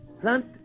Plant